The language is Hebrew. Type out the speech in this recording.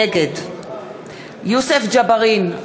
נגד יוסף ג'בארין,